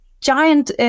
giant